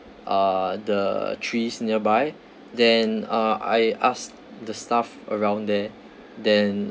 uh the trees nearby then uh I ask the staff around there then